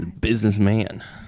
businessman